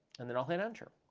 and then i'll hit enter.